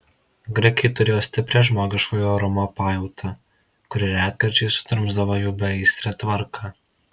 graikai turėjo stiprią žmogiškojo orumo pajautą kuri retkarčiais sudrumsdavo jų beaistrę tvarką